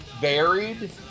varied